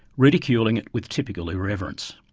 ridiculing it with typical irreverence